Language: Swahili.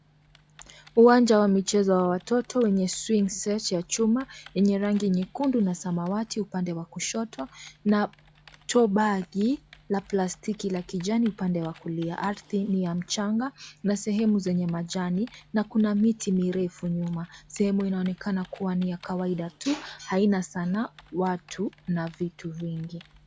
Uwanja wa michezo wa watoto wenye (CS)swings set(CS)ya chuma yenye rangi nyekundu na samawati upande wa kushoto na toobaki na plastiki na kijani upande wa kulia ardhi ni ya mchanga na sehemu zenye majani na kuna miti mirefu nyuma ,sehemu inaonekana kuwa ni ya kawaida Tu aina Sana watu na vitu vingine.